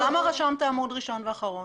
למה רשמת עמוד ראשון ואחרון?